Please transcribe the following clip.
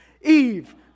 Eve